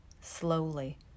Slowly